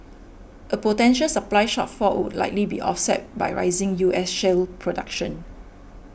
a potential supply shortfall would likely be offset by rising U S shale production